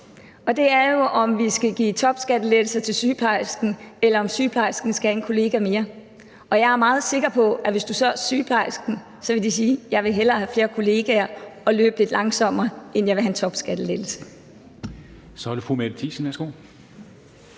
det er, om vi skal give topskattelettelser til sygeplejersken, eller om sygeplejersken skal have en kollega mere. Og jeg er meget sikker på, at hvis du spørger sygeplejersken, så vil vedkommende svare: Jeg vil hellere have flere kollegaer og løbe lidt langsommere, end jeg vil have en topskattelettelse.